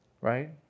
Right